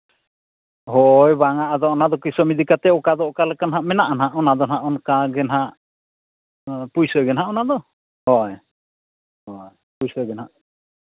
ᱦᱳᱭ ᱵᱟᱝᱼᱟ ᱟᱫᱚ ᱚᱱᱟ ᱫᱚ ᱠᱤᱥᱚᱢ ᱤᱫᱤ ᱠᱟᱛᱮᱫ ᱚᱠᱟ ᱫᱚ ᱚᱠᱟ ᱞᱮᱠᱟ ᱱᱟᱦᱟᱜ ᱢᱮᱱᱟᱜᱼᱟ ᱱᱟᱦᱟᱜ ᱚᱱᱟ ᱫᱚ ᱱᱟᱦᱟᱜ ᱚᱱᱠᱟ ᱜᱮ ᱱᱟᱦᱟᱜ ᱯᱩᱭᱥᱟᱹ ᱜᱮ ᱱᱟᱦᱟᱜ ᱚᱱᱟ ᱫᱚ ᱦᱳᱭ ᱦᱳᱭ ᱯᱩᱭᱥᱟᱹ ᱜᱮ ᱱᱟᱦᱟᱜ